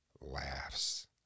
laughs